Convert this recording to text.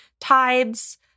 tides